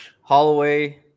Holloway